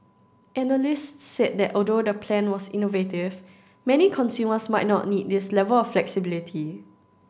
analysts said that although the plan was innovative many consumers might not need this level of flexibility